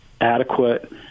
adequate